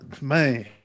man